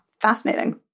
Fascinating